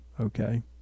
okay